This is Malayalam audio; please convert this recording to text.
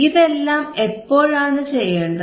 ഇതെല്ലാം എപ്പോഴാണ് ചെയ്യേണ്ടത്